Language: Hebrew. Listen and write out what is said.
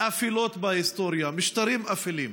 אפלות בהיסטוריה, משטרים אפלים.